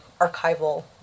archival